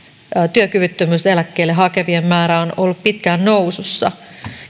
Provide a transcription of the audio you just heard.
työkyvyttömyyseläkkeelle hakevien määrä on ollut pitkään nousussa